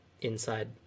inside